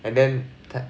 and then